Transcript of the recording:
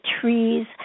trees